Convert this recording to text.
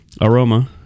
Aroma